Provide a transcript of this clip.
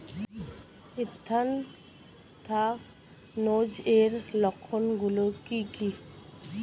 Anthracnose এর লক্ষণ গুলো কি কি?